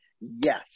Yes